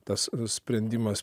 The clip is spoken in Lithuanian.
tas sprendimas